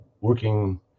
working